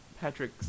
Patrick